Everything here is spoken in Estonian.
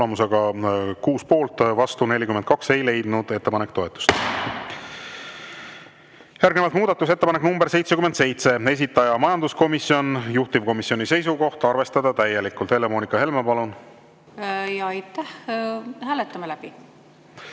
Tulemusega 6 poolt, vastu 42, ei leidnud ettepanek toetust. Järgnevalt muudatusettepanek nr 77, esitaja majanduskomisjon, juhtivkomisjoni seisukoht on arvestada täielikult. Helle-Moonika Helme, palun! Aitäh! Hääletame läbi.